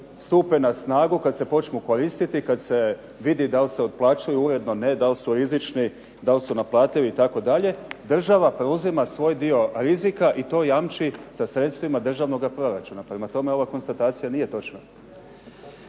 stupe na snagu kada se počnu koristiti kada se vidi da li otplaćuju uredno ne, da li su rizični, da li su naplativi itd. država preuzima svoj dio rizika i to jamči sa sredstvima državnog proračuna. Prema tome, ova konstatacija nije točna.